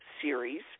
series